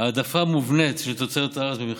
העדפה מובנית של תוצרת הארץ במכרזים,